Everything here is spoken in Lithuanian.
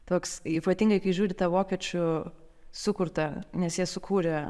toks ypatingai kai žiūri į tą vokiečių sukurtą nes jie sukūrė